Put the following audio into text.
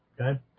Okay